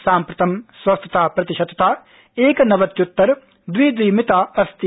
साम्प्रतं स्वस्थता प्रतिशतता एक नवत्युत्तर द्वि द्वि मिता अस्ति